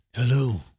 Hello